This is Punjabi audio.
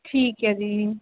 ਠੀਕ ਹੈ ਜੀ